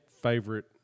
favorite